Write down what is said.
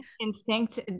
instinct